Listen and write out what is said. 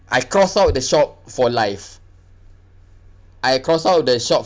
I cross out the shop for life I cross out the shop